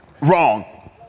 Wrong